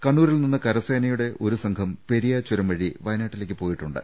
കണ്ണൂരിൽ നിന്ന് കരസേനയുടെ ഒരു സംഘം പെരിയ ചുരം വഴി വയനാട്ടിലേക്ക് പോയിട്ടുണ്ട്